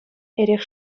эрех